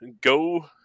go